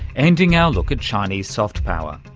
ending our look at chinese soft power.